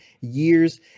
years